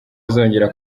azongera